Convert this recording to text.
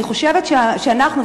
אני חושבת שאנחנו,